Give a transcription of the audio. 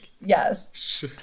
Yes